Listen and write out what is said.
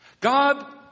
God